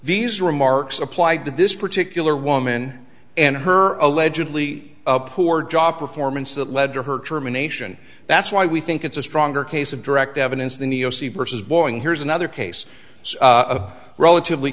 these remarks applied to this particular woman and her allegedly poor job performance that led to her termination that's why we think it's a stronger case of direct evidence than the o c versus boring here's another case a relatively